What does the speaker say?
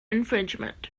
infringement